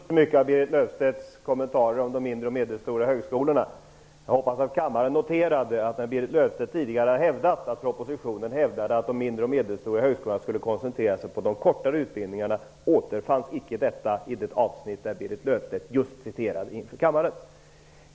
Herr talman! Efter Marianne Jönssons klarläggande återstår inte så mycket av Berit Löfstedts kommentarer om de mindre och medelstora högskolorna. Jag hoppas att kammaren noterade att det Berit Löfstedt tidigare har sagt, att propositionen hävdade att de mindre och medelstora högskolorna skulle koncentrera sig på de kortare utbildningarna, återfanns icke i det avsnitt som Berit Löfstedt just citerade inför kammaren.